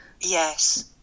yes